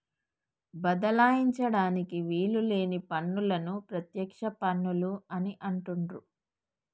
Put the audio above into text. బదలాయించడానికి వీలు లేని పన్నులను ప్రత్యక్ష పన్నులు అని అంటుండ్రు